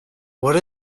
what